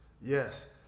yes